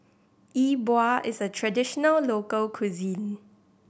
Yi Bua is a traditional local cuisine